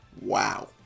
Wow